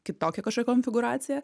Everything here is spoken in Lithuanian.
kitokia kažkokia konfigūracija